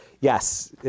Yes